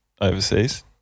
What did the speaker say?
overseas